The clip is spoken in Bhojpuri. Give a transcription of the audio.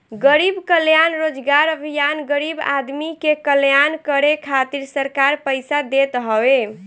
गरीब कल्याण रोजगार अभियान गरीब आदमी के कल्याण करे खातिर सरकार पईसा देत हवे